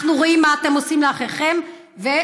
אנחנו רואים מה אתם עושים לאחיכם ולמסגדים.